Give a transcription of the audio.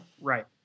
Right